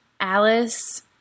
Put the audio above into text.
Alice